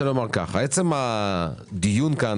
עצם הדיון כאן,